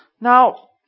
Now